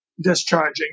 discharging